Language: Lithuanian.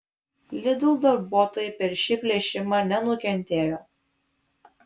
lidl darbuotojai per šį plėšimą nenukentėjo